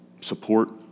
support